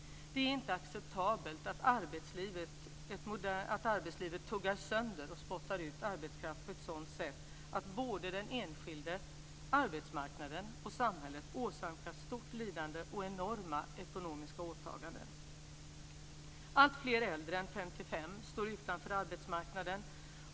Det är inte acceptabelt att arbetslivet tuggar sönder och spottar ut arbetskraft på ett sådant sätt att både den enskilde, arbetsmarknaden och samhället åsamkas stort lidande och enorma ekonomiska åtaganden. Alltfler som är äldre än 55 står utanför arbetsmarknaden.